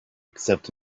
except